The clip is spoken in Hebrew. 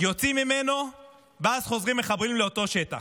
יוצאים ממנו, ואז חוזרים מחבלים לאותו שטח.